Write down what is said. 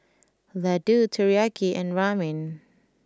Ladoo Teriyaki and Ramen